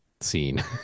scene